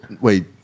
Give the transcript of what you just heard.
Wait